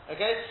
Okay